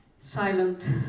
Silent